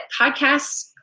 podcasts